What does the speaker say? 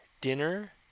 dinner